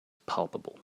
palpable